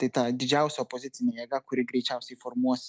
tai ta didžiausia opozicinė jėga kuri greičiausiai formuos